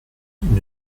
nous